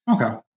Okay